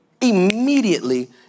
immediately